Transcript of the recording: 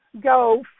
go